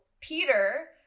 Peter